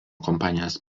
kompanijos